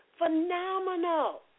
Phenomenal